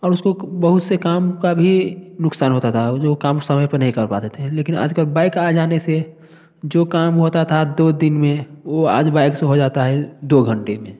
और उसको बहुत से काम का भी नुकसान होता था जो कम समय पर नहीं कर पाते थे लेकिन आजकल बाइक आ जाने से जो काम होता था दो दिन में वो आज बाइक से हो जाता है दो घंटे में